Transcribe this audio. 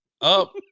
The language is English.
up